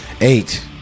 Eight